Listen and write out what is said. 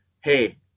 Hey